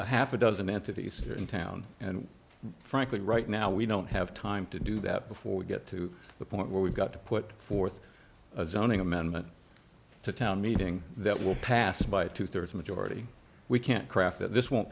a half a dozen entities here in town and frankly right now we don't have time to do that before we get to the point where we've got to put forth as zoning amendment to town meeting that will pass by two thirds majority we can't craft that this won't